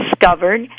discovered